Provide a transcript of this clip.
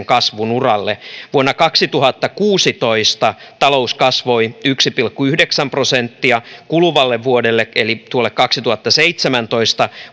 kasvun uralle vuonna kaksituhattakuusitoista talous kasvoi yksi pilkku yhdeksän prosenttia kuluvalle vuodelle eli tuolle vuodelle kaksituhattaseitsemäntoista